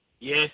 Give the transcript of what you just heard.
Yes